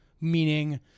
meaning